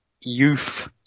youth